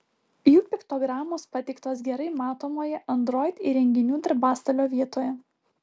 jų piktogramos pateiktos gerai matomoje android įrenginių darbastalio vietoje